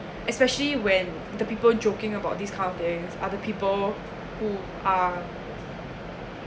especially when the people joking about these kind of things other people who are